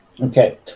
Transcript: Okay